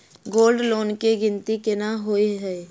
Gold loan केँ गिनती केना होइ हय?